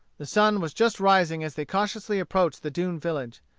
the sun was just rising as they cautiously approached the doomed village.